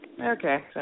Okay